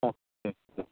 okay okay